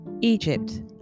Egypt